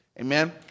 Amen